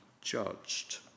judged